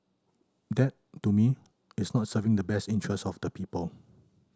that to me is not serving the best interests of the people